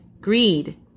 greed